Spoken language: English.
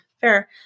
Fair